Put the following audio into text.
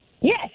Yes